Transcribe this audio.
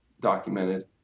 documented